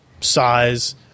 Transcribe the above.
size